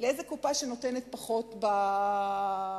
לקופה שלוקחת פחות במחיר.